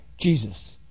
Jesus